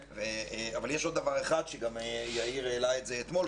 עוד דבר אחד שגם יאיר העלה את זה אתמול,